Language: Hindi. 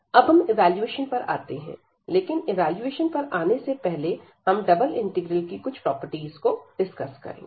अब हम इवैल्यूएशन पर आते हैं लेकिन इवैल्यूएशन पर आने से पहले हम डबल इंटीग्रल की कुछ प्रॉपर्टीज को डिस्कस करेंगे